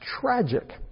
tragic